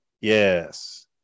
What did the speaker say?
Yes